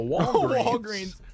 Walgreens